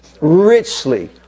Richly